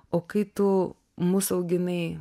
o kai tu mus auginai